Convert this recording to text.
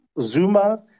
Zuma